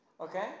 Okay